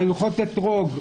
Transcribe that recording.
על הלכות אתרוג.